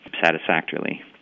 satisfactorily